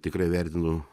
tikrai vertinu